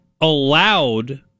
allowed